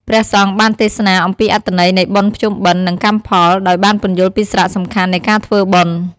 ព្រះសង្ឃបានទេសនាអំពីអត្ថន័យនៃបុណ្យភ្ជុំបិណ្ឌ និងកម្មផល ដោយបានពន្យល់ពីសារៈសំខាន់នៃការធ្វើបុណ្យ។